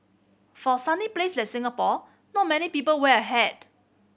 for sunny place like Singapore not many people wear a hat